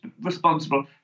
responsible